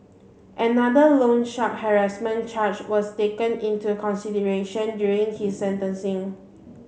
another loan shark harassment charge was taken into consideration during his sentencing